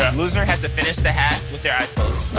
and loser has to finish the half with their eyes